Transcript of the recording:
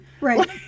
Right